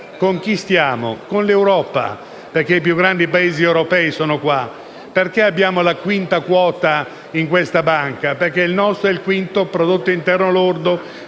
Con chi stiamo? Stiamo con l'Europa, perché i più grandi Paesi europei sono qua. Perché abbiamo la quinta quota in questa banca? Perché il nostro è il quinto prodotto interno lordo